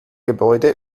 gebäude